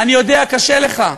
אני יודע, קשה לך,